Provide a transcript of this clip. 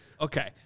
Okay